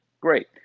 great